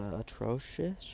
atrocious